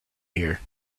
here